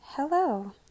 Hello